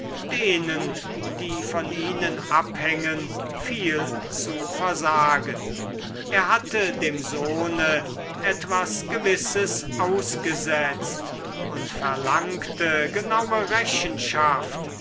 denen die von ihnen abhängen viel zu versagen er hatte dem sohne etwas gewisses ausgesetzt und verlangte genaue rechenschaft